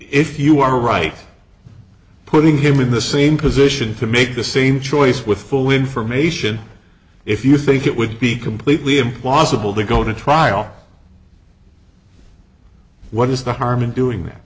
if you are right putting him in the same position to make the same choice with full information if you think it would be completely impossible to go to trial what is the harm in doing that